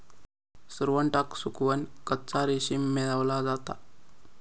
सुरवंटाक सुकवन कच्चा रेशीम मेळवला जाता